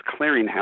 clearinghouse